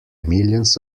millions